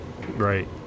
Right